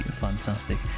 fantastic